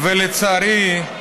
ולצערי,